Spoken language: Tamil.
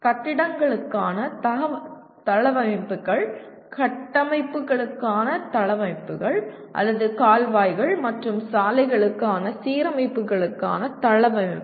கட்டிடங்களுக்கான தளவமைப்புகள் கட்டமைப்புகளுக்கான தளவமைப்புகள் அல்லது கால்வாய்கள் மற்றும் சாலைகளுக்கான சீரமைப்புகளுக்கான தளவமைப்புகள்